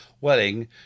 Welling